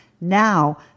Now